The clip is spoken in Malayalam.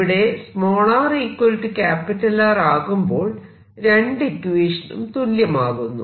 ഇവിടെ r R ആകുമ്പോൾ രണ്ടു ഇക്വേഷനും തുല്യമാകുന്നു